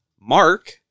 Mark